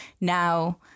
now